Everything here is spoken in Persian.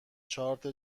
چارت